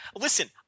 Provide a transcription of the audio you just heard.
listen